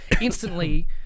instantly